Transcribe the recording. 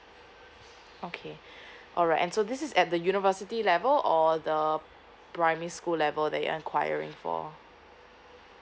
okay alright and so this is at the university level or the primary school level that you are enquiring for